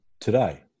today